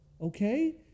Okay